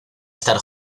estar